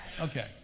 Okay